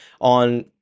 on